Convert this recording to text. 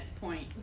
point